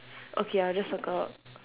okay I'll just circle